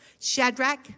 Shadrach